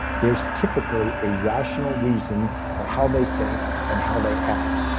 there's typically a rational reason for how they think and how they act.